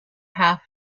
half